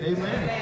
Amen